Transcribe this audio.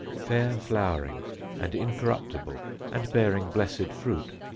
fair-flowering and incorruptible and bearing blessed fruit.